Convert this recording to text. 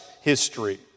history